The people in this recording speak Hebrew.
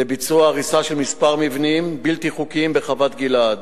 לביצוע הריסה של כמה מבנים בלתי חוקיים בחוות-גלעד,